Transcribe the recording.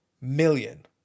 Million